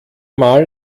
mal